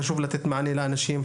חשוב לתת מענה לאנשים,